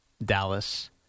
Dallas